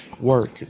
work